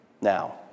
now